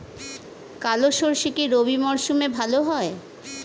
কালো সরষে কি রবি মরশুমে ভালো হয়?